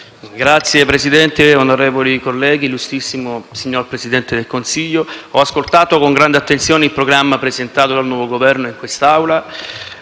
Signor Presidente, onorevoli colleghi, illustrissimo signor Presidente del Consiglio, ho ascoltato con grande attenzione il programma presentato dal nuovo Governo in quest'Aula.